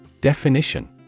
Definition